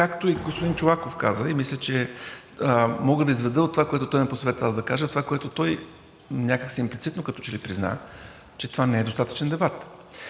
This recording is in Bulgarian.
както и господин Чолаков каза, и мисля, че мога да изведа от това, което той ме посъветва да кажа, това, което той някак си имплицитно като че ли призна, че това не е достатъчен дебат,